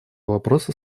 вопроса